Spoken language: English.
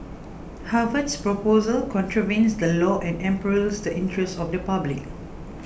Harvard's proposal contravenes the law and imperils the interest of the public